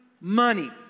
money